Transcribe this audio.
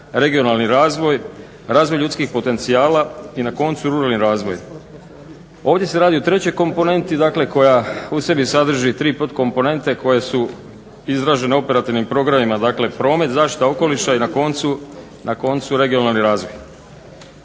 regionalni razvoj, razvoj ljudskih potencijala i na koncu ruralni razvoj. Ovdje se radi o trećoj komponenti dakle koja u sebi sadrži tri podkomponente koje su izražene operativnim programima, dakle promet, zaštita okoliša i na koncu regionalni razvoj.